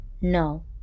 no